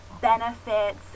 benefits